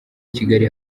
kigali